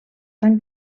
tan